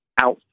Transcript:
outside